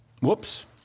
whoops